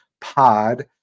pod